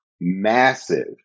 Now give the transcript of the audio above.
massive